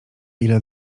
ile